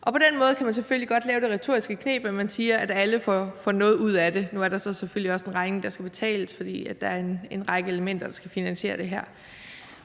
På den måde kan man selvfølgelig godt lave det retoriske kneb, at man siger, at alle får noget ud af det. Nu er der selvfølgelig også en regning, der skal betales, fordi der er en række elementer, der skal finansiere det her,